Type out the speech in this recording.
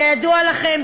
כידוע לכם,